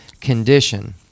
condition